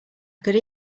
could